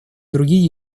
другие